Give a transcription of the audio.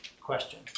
question